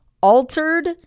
altered